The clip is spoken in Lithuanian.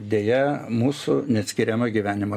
deja mūsų neatskiriama gyvenimo